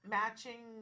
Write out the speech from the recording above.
matching